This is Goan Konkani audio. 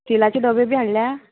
स्टिलाचे डोबे बी हाडल्या